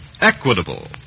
Equitable